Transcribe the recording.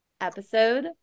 Episode